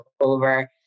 over